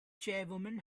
chairwoman